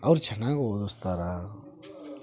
ಅವ್ರು ಚೆನ್ನಾಗಿ ಓದಿಸ್ತಾರ